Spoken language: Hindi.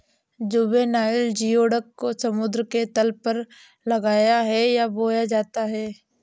जुवेनाइल जियोडक को समुद्र के तल पर लगाया है या बोया जाता है